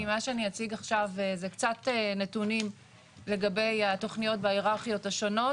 מה שאני אציג עכשיו זה קצת נתונים לגבי התכניות בהיררכיות השונות